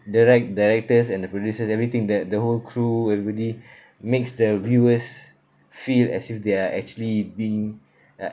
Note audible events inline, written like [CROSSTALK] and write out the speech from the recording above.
direct~ directors and the producers everything that the whole crew everybody [BREATH] makes the viewers feel as if they are actually being